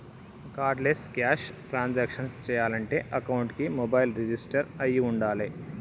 cardless cash transactions చెయ్యాలంటే అకౌంట్కి mobile register అయ్యి వుండాలే